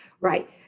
right